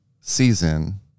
season